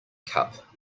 cup